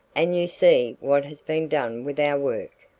and you see what has been done with our work.